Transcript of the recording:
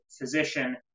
physician